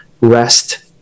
rest